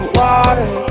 water